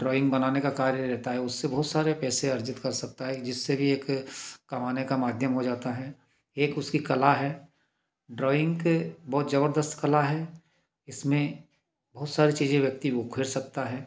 drawing बनाने का कार्य रहता है उससे बहुत सारे पैसे अर्जित कर सकता है जिससे कि एक कमाने का माध्यम हो जाता है एक उसकी कला है ड्राइंग बहुत जबरदस्त कला है इसमें बहुत सारे चीज़ें व्यक्ति वो कर सकता है